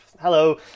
Hello